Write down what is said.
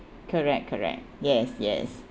correct correct yes yes